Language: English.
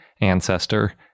ancestor